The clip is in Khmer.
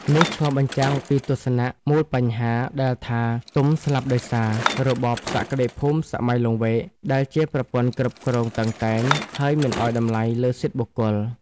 នេះឆ្លុះបញ្ចាំងពីទស្សនៈមូលបញ្ហាដែលថាទុំស្លាប់ដោយសារ "របបសក្តិភូមិសម័យលង្វែក" ដែលជាប្រព័ន្ធគ្រប់គ្រងតឹងតែង ហើយមិនឲ្យតម្លៃលើសិទ្ធិបុគ្គល។